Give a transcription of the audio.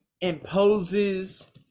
imposes